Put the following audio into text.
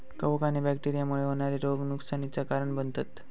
कवक आणि बैक्टेरिया मुळे होणारे रोग नुकसानीचा कारण बनतत